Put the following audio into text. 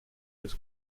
with